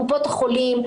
קופות החולים,